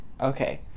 okay